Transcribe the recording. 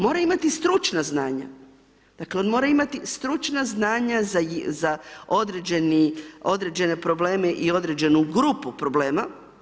Mora imati stručna znanja, dakle on mora imati stručna znanja za određene probleme i određenu grupu problema.